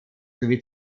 sowie